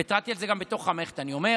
והתרעתי על זה גם בתוך המערכת אני אומר,